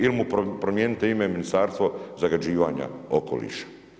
Ili mu promijenite ime u ministarstvo zagađivanja okoliša.